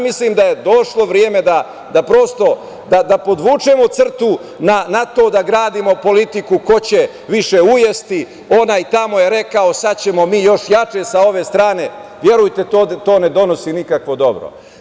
Mislim da je došlo vreme da prosto, da podvučemo crtu na to da gradimo politiku ko će više ujesti, onaj tamo je rekao - sad ćemo mi još jače sa ove strane, verujte to ne donosi nikakvo dobro.